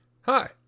Hi